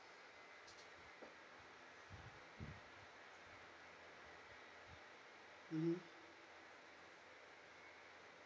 mmhmm